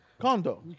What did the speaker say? Condo